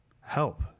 help